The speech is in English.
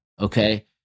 okay